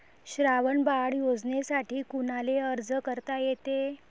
श्रावण बाळ योजनेसाठी कुनाले अर्ज करता येते?